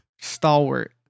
Stalwart